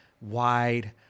wide